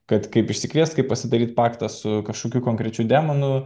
kad kaip išsikviest kaip pasidaryt paktą su kažkokiu konkrečiu demonu